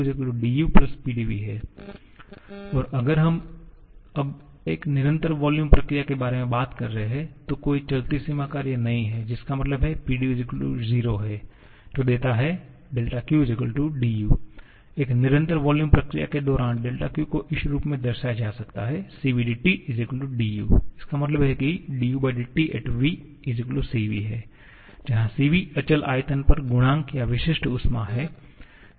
δq du Pdv और अगर हम अब एक निरंतर वॉल्यूम प्रक्रिया के बारे में बात कर रहे हैं तो कोई चलती सीमा कार्य नहीं है जिसका मतलब है Pdv 0 जो देता है δq du एक निरंतर वॉल्यूम प्रक्रिया के दौरान dq को इस रूप में दर्शाया जा सकता है CvdT du इसका मतलब है कि u𝑇vCv जहां Cv अचल आयतन पर गुणांक या विशिष्ट ऊष्मा है